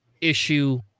issue